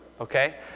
Okay